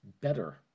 better